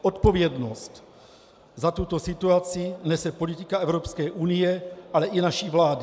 Odpovědnost za tuto situaci nese politika Evropské unie, ale i naší vlády.